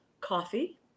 coffee